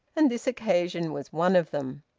and this occasion was one of them.